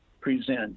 present